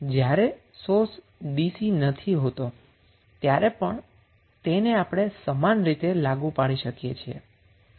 પરંતુ જ્યારે source DC હોતો નથી ત્યારે પણ તેને આપણે સમાન રીતે લાગુ કરી શકીએ છીએ